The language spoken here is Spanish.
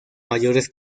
mayores